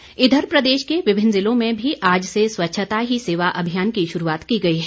स्वच्छता इधर प्रदेश के विभिन्न जिलों में भी आज से स्वच्छता ही सेवा अभियान की शुरूआत की गई है